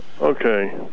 Okay